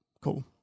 Cool